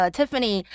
Tiffany